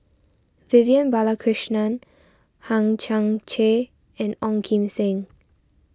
Vivian Balakrishnan Hang Chang Chieh and Ong Kim Seng